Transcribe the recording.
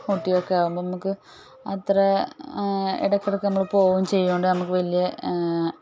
ഊട്ടിയൊക്കെ ആകുമ്പം നമുക്ക് അത്ര ഇടയ്ക്ക് ഇടയ്ക്ക് ഒന്ന് പോകുകയും ചെയ്യുന്നത് കൊണ്ട് നമുക്ക് വലിയ